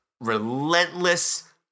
relentless